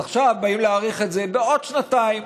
אז עכשיו באים להאריך את זה בעוד שנתיים,